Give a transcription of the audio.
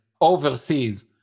overseas